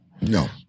No